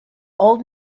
old